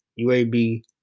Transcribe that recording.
UAB